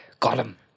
Gollum